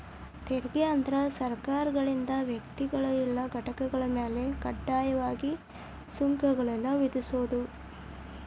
ತೆರಿಗೆ ಅಂದ್ರ ಸರ್ಕಾರಗಳಿಂದ ವ್ಯಕ್ತಿಗಳ ಇಲ್ಲಾ ಘಟಕಗಳ ಮ್ಯಾಲೆ ಕಡ್ಡಾಯವಾಗಿ ಸುಂಕಗಳನ್ನ ವಿಧಿಸೋದ್